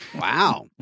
Wow